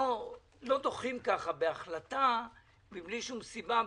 לא דוחים עמותה בלי שום סיבה,